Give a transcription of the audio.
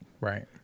right